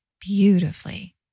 beautifully